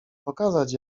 pokazać